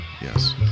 Yes